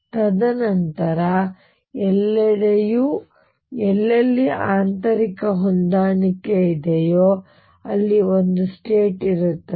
ತದನಂತರ ಎಲ್ಲೆಡೆಯೂ ಎಲ್ಲೆಲ್ಲಿ ಆಂತರಿಕ ಹೊಂದಾಣಿಕೆ ಇದೆಯೋ ಅಲ್ಲಿ ಒಂದು ಸ್ಟೇಟ್ ಇರುತ್ತದೆ